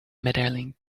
medaling